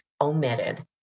omitted